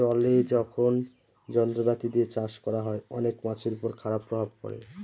জলে যখন যন্ত্রপাতি দিয়ে চাষ করা হয়, অনেক মাছের উপর খারাপ প্রভাব পড়ে